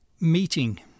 meeting